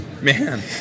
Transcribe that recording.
Man